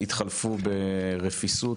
התחלפו ברפיסות,